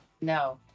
No